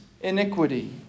iniquity